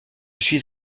suis